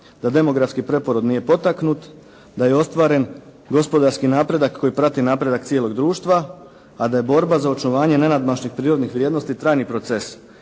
da demografski preporod nije potaknut, da je ostvaren gospodarski napredak koji prati napredak cijelog društva, a da je borba za očuvanje nenadmašnih prirodnih vrijednosti trajni proces